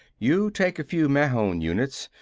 you take a few mahon units,